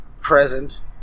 present